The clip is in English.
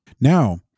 Now